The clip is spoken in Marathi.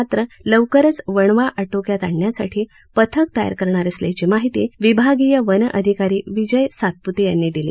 मात्र लवकरच वणवा आटोक्यात आणण्यासाठी पथक तयार करणार असल्याची माहिती विभागीय वन अधिकारी विजय सातप्ते यांनी दिली